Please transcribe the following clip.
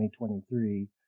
2023